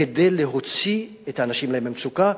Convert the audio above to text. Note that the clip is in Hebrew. כדי להוציא את האנשים האלה מהמצוקה.